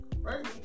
Right